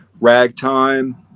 ragtime